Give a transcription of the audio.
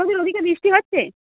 তোদের ওদিকে বৃষ্টি হচ্ছে